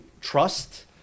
trust